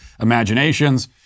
imaginations